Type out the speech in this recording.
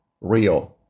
real